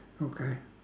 okay